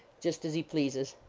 just as he pleases.